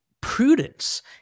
prudence